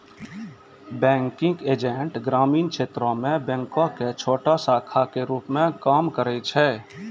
banking agent ग्रामीण क्षेत्रो मे बैंको के छोटो शाखा के रुप मे काम करै छै